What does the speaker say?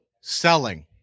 selling